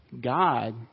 God